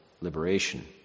liberation